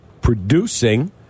producing